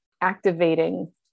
activating